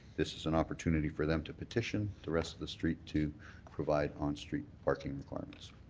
this is an opportunity for them to petition the rest of the street to provide on-street parking requirements.